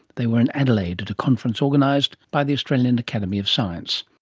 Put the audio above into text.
they were in adelaide at a conference organised by the australian academy of science